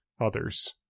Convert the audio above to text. others